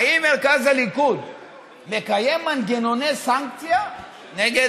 אם מרכז הליכוד יקיים מנגנוני סנקציה נגד